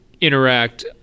interact